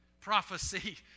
prophecy